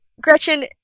Gretchen